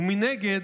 ומנגד,